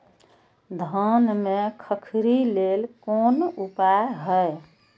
धान में खखरी लेल कोन उपाय हय?